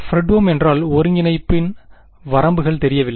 Fredholm ஏனெனில் ஒருங்கிணைப்பின் வரம்புகள் தெரியவில்லை